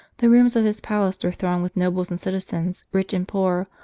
the rooms of his palace were thronged with nobles and citizens, rich and poor,